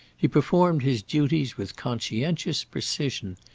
he performed his duties with conscientious precision.